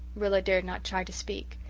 rilla dared not try to speak.